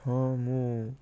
ହଁ ମୁଁ